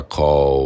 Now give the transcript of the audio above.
call